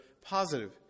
positive